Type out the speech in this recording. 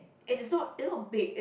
and it's not it's not big it